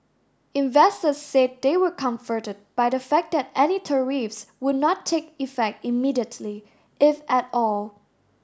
investors said they were comforted by the fact that any tariffs would not take effect immediately if at all